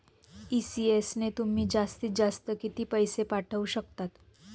ECS ने तुम्ही जास्तीत जास्त किती पैसे पाठवू शकतात?